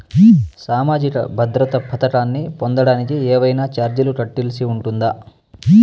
సామాజిక భద్రత పథకాన్ని పొందడానికి ఏవైనా చార్జీలు కట్టాల్సి ఉంటుందా?